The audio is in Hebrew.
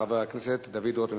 חבר הכנסת דוד רותם.